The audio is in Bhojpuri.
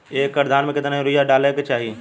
एक एकड़ धान में कितना यूरिया और डाई डाले के चाही?